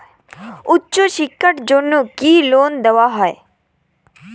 উচ্চশিক্ষার জন্য কি লোন দেওয়া হয়?